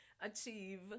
achieve